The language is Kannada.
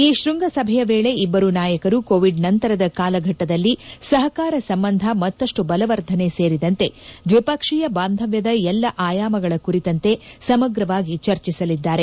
ಈ ಶ್ಸಂಗಸಭೆಯ ವೇಳೆ ಇಬ್ಬರೂ ನಾಯಕರು ಕೋವಿಡ್ ನಂತರದ ಕಾಲಘಟ್ಟದಲ್ಲಿ ಸಹಕಾರ ಸಂಬಂಧ ಮತ್ತಷ್ಟು ಬಲವರ್ಧನೆ ಸೇರಿದಂತೆ ದ್ವಿಪಕ್ಷೀಯ ಬಾಂಧವ್ಯದ ಎಲ್ಲ ಆಯಾಮಗಳ ಕುರಿತಂತೆ ಸಮಗ್ರವಾಗಿ ಚರ್ಚಿಸಲಿದ್ದಾರೆ